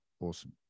awesome